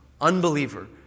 unbeliever